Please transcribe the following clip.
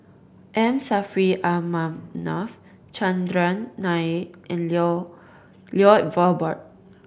M Saffri A Manaf Chandran Nair and Lloyd Valberg